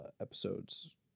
episodes